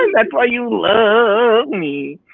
and that's why you love me.